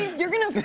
you're gonna